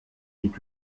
est